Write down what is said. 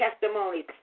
testimonies